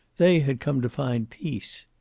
they had come to find peace.